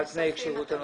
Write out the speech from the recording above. על תנאי הכשירות הנוספים.